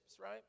right